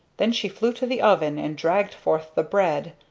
then she flew to the oven and dragged forth the bread,